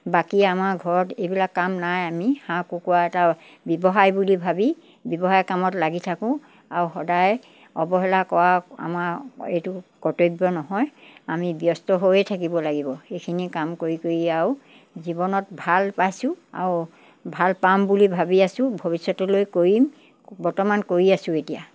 বাকী আমাৰ ঘৰত এইবিলাক কাম নাই আমি হাঁহ কুকুৰা এটা ব্যৱসায় বুলি ভাবি ব্যৱসায় কামত লাগি থাকোঁ আৰু সদায় অৱহেলা কৰা আমাৰ এইটো কৰ্তব্য নহয় আমি ব্যস্ত হৈয়ে থাকিব লাগিব সেইখিনি কাম কৰি কৰি আৰু জীৱনত ভাল পাইছোঁ আৰু ভাল পাম বুলি ভাবি আছোঁ ভৱিষ্যতলৈ কৰিম বৰ্তমান কৰি আছোঁ এতিয়া